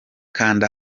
kanda